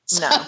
No